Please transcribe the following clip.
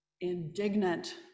indignant